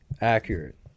accurate